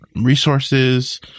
resources